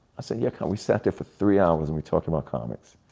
i said, yeah, com we sat there for three hours and we talked about comics.